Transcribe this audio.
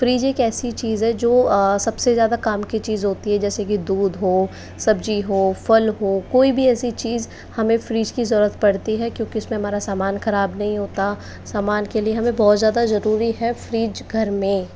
fridge एक ऐसी चीज़ है जो सबसे ज़्यादा काम की चीज़ होती है जैसे कि दूध हो सब्जी हो फल हो कोई भी ऐसी चीज़ हमें फ्रिज की ज़रूरत पड़ती है क्योंकि उसमें हमारा सामान ख़राब नहीं होता सामान के लिए हमें बहुत ज़्यादा ज़रूरी है फ्रिज घर में